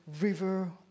river